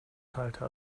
teilte